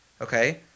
okay